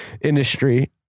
industry